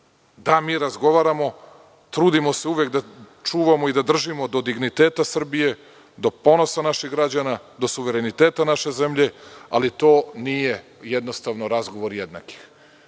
Da mi razgovaramo, trudimo se uvek da čuvamo i da držimo do digniteta Srbije, do ponosa naših građana, do suvereniteta naše zemlje, ali to nije jednostavno razgovor jednakih. Mi